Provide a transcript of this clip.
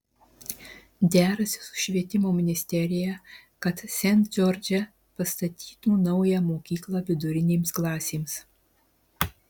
derasi su švietimo ministerija kad sent džordže pastatytų naują mokyklą vidurinėms klasėms